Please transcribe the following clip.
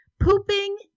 pooping